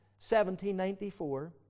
1794